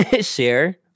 share